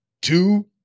two